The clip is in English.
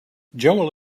joel